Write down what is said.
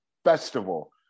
Festival